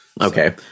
Okay